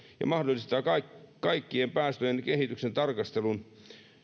ja mahdollistaa kaikkien kaikkien päästöjen kehityksen tarkastelun